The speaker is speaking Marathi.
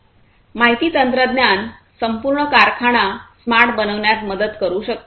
माहिती तंत्रज्ञान संपूर्ण कारखाना स्मार्ट बनविण्यात मदत करू शकते